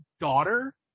daughter